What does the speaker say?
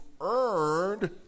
earned